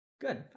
Good